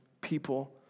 people